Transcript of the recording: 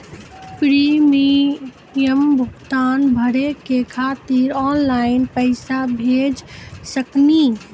Premium भुगतान भरे के खातिर ऑनलाइन पैसा भेज सकनी?